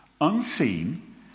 Unseen